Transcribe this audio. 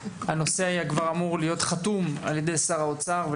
הנושא אמור היה להיות חתום על ידי שר האוצר,